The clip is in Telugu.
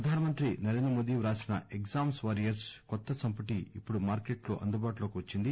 ప్రధానమంత్రి నరేంద్రమోదీ రాసిన ఎగ్జాప్స్ వారియర్ప్ కొత్త సంపుటి ఇప్పుడు మార్కెట్టో అందుబాటులోకి వచ్చింది